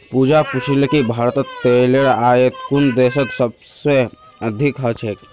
पूजा पूछले कि भारतत तेलेर आयात कुन देशत सबस अधिक ह छेक